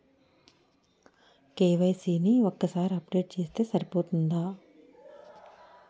KYC ని ఒక్కసారి update చేస్తే సరిపోతుందా?